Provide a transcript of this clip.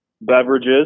beverages